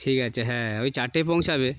ঠিক আছে হ্যাঁ ওই চারটেয় পৌঁছাবে